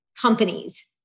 companies